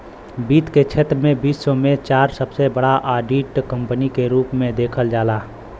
वित्त के क्षेत्र में विश्व में चार सबसे बड़ा ऑडिट कंपनी के रूप में देखल जाला